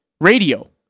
radio